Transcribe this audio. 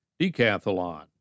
decathlon